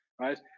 right